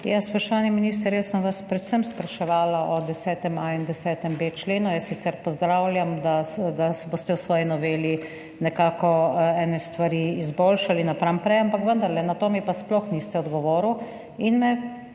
Spoštovani minister, jaz sem vas predvsem spraševala o 10.a in 10.b členu. Jaz sicer pozdravljam, da boste v svoji noveli nekako ene stvari izboljšali napram prej, ampak vendarle, na to mi pa sploh niste odgovoril.